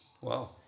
Wow